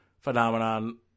phenomenon